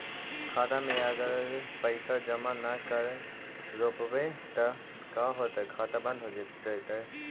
खाता मे अगर पैसा जमा न कर रोपबै त का होतै खाता बन्द हो जैतै?